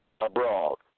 Abroad